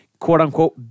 quote-unquote